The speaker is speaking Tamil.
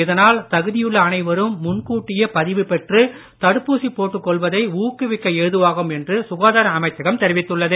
இதனால் தகுதியுள்ள அனைவரும் முன்கூட்டியே பதிவு பெற்று தடுப்பூசி போட்டுக் கொள்வதை ஊக்குவிக்க ஏதுவாகும் என்று சுகாதார அமைச்சகம் தெரிவித்துள்ளது